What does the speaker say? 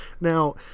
Now